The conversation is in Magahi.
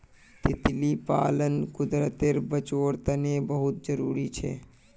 तितली पालन कुदरतेर बचाओर तने बहुत ज़रूरी छे